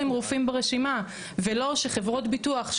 להם רופאים ברשימה ולא שחברות ביטוח,